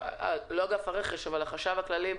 ודוגמא מהחשב הכללי.